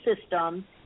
system